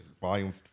Volume